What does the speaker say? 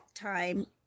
time